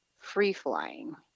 free-flying